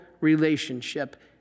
relationship